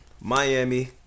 Miami